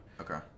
Okay